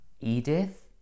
edith